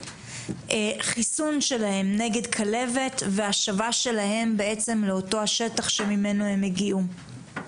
חיסון שלהם נגד כלבת והשבה שלהם לאותו השטח שממנו הם הגיעו.